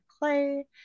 clay